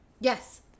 Yes